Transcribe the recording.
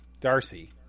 Darcy